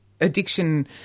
addiction